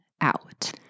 out